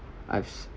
I've